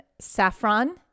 saffron